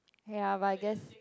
ya but I guess